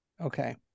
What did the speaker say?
okay